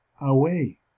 away